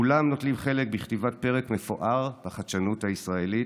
כולם נוטלים חלק בכתיבת פרק מפואר בחדשנות הישראלית,